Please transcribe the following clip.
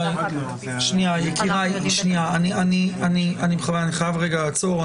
אני חייב לעצור,